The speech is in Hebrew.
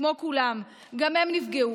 כמו כולם, גם הן נפגעו.